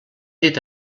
dit